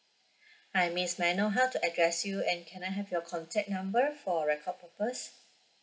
hi miss may I know how to address you and can I have your contact number for record purpose